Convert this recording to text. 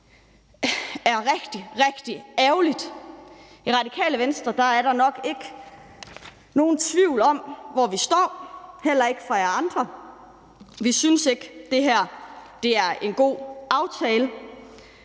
rigtig, rigtig ærgerligt. I Radikale Venstre er der nok ikke nogen tvivl om, hvor vi står, heller ikke hos jer andre. Vi synes ikke, at det her er en god aftale.